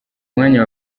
mwanya